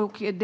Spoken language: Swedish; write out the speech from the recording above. Jag